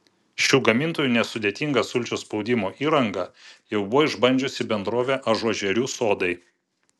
šių gamintojų nesudėtingą sulčių spaudimo įrangą jau buvo išbandžiusi bendrovė ažuožerių sodai